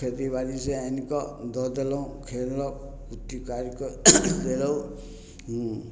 खेतीबाड़ीसँ आनिकऽ दऽ देलहुँ खेलक कुट्टि काटिकऽ देलहुँ